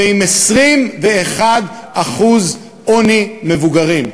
ועם 21% עוני מבוגרים.